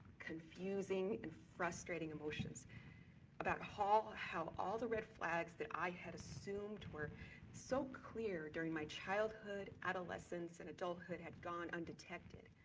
confusing and frustrating emotions about how how all the red flags that i had assumed were so clear during my childhood, adolescence and adulthood had gone undetected,